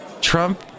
Trump